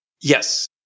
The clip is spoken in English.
Yes